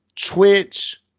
Twitch